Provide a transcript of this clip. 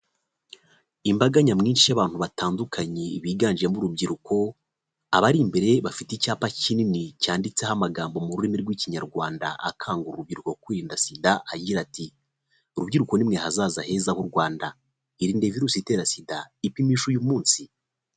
Imbaga nyamwinshi y'abantu batandukanye, biganjemo urubyiruko, abari imbere bafite icyapa kinini cyanditseho amagambo mu rurimi rw'ikinyarwanda akangurira urubyiruko kwirinda sida, agira ati "urubyiruko ni mwe hazaza heza h'Urwanda, irinde virusi itera sida, ipimishe uyu munsi".